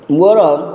ମୋର